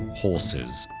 horses,